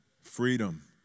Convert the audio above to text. freedom